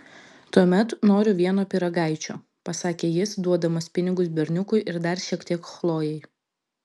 tuomet noriu vieno pyragaičio pasakė jis duodamas pinigus berniukui ir dar šiek tiek chlojei